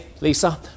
Lisa